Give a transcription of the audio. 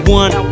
one